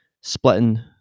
splitting